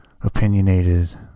opinionated